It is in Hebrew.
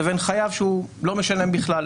לבין חייב שלא משלם בכלל.